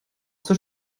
zur